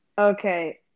Okay